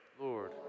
Lord